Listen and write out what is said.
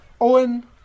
Owen